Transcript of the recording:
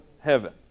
heaven